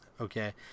okay